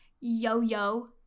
Yo-Yo